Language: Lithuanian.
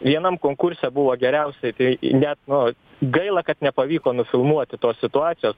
vienam konkurse buvo geriausiai tai net nu gaila kad nepavyko nufilmuoti tos situacijos